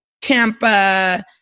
tampa